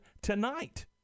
tonight